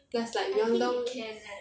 plus like myeong-dong